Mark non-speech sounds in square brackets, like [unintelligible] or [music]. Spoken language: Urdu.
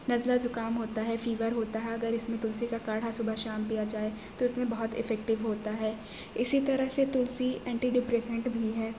نزلہ زکام ہوتا ہے فیور ہوتا ہیں اگر اس میں تلسی کا کاڑھا صبح شام پیا جائے تو اس میں بہت افیکٹیو ہوتا ہے اسی طرح سے تلسی اینٹی [unintelligible] بھی ہے